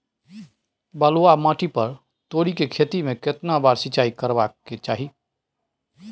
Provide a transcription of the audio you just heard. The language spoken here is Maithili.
बलुआ माटी पर तोरी के खेती में केतना बार सिंचाई करबा के चाही?